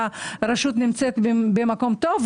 והרשות נמצאת במקום טוב,